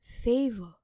favor